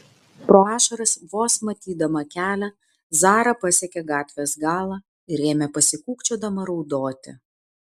pro ašaras vos matydama kelią zara pasiekė gatvės galą ir ėmė pasikūkčiodama raudoti